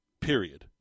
Period